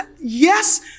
yes